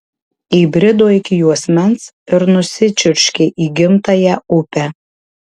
įbrido iki juosmens ir nusičiurškė į gimtąją upę